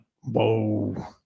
Whoa